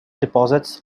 deposits